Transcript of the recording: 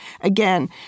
again